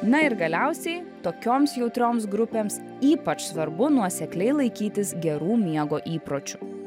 na ir galiausiai tokioms jautrioms grupėms ypač svarbu nuosekliai laikytis gerų miego įpročių